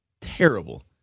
Terrible